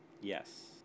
Yes